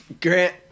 Grant